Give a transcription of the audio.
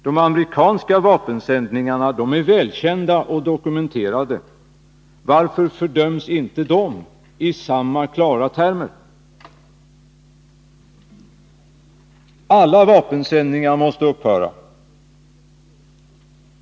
De amerikanska vapensändningarna är välkända och dokumenterade. Varför fördöms inte dessa i samma klara termer? Alla vapensändningar måste upphöra.